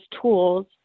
tools